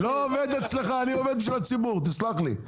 אני לא עובד אצלך, אני עובד אצל הציבור תסלח לי.